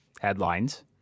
headlines